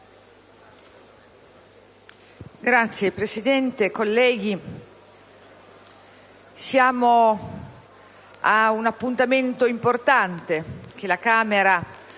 Signor Presidente, colleghi, siamo a un appuntamento importante che la Camera ha